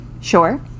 Sure